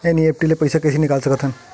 NEFT ले पईसा कइसे निकाल सकत हन?